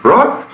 Right